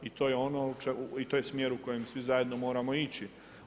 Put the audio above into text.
I to je ono, i to je smjer u kojem svi zajedno moramo ići.